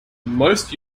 most